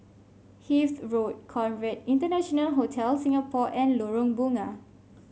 Hythe Road Conrad International Hotel Singapore and Lorong Bunga